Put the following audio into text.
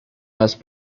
más